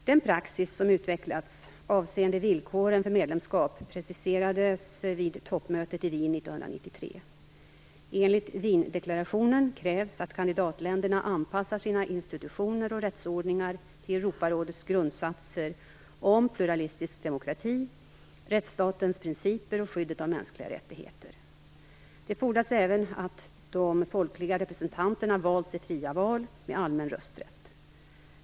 Den praxis som utvecklats avseende villkoren för medlemskap preciserades vid toppmötet i Wien 1993. Enligt Wiendeklarationen krävs att kandidatländerna anpassar sina institutioner och rättsordningar till Europarådets grundsatser om pluralistisk demokrati, rättsstatens principer och skyddet av mänskliga rättigheter. Det fordras även att de folkliga representanterna valts i fria val med allmän rösträtt.